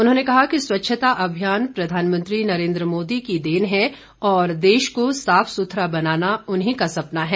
उन्होंने कहा कि स्वच्छता अभियान प्रधानमंत्री नरेंद्र मोदी की देन है और देश को साफ सुथरा बनाना उन्ही का सपना है